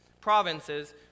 provinces